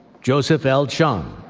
joseph l. chung,